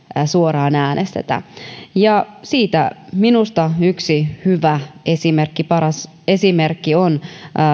suoraan äänestetä ja siitä minusta yksi hyvä esimerkki paras esimerkki on